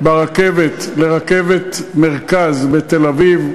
ברכבת לרכבת-מרכז בתל-אביב,